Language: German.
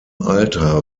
alter